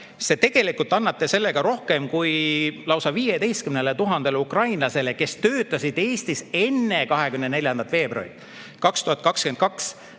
te tegelikult annate rohkem kui lausa 15 000 ukrainlasele, kes töötasid Eestis enne 24. veebruari 2022,